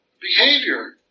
behavior